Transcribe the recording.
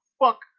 fuck